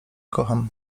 kocham